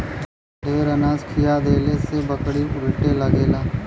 ढेर अनाज खिया देहले से बकरी उलटे लगेला